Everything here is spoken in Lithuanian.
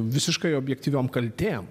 visiškai objektyviom kaltėm